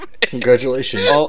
Congratulations